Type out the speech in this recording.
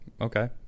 Okay